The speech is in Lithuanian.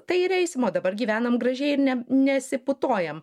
tai ir eisim o dabar gyvenam gražiai ne nesiputojam